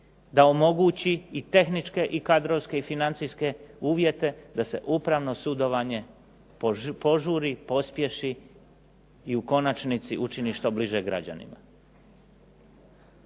da omogući i tehničke i kadrovske i financijske uvjete da se upravno sudovanje požuri, pospješi i u konačnici učini što bliže građanima.